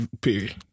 period